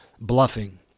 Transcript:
bluffing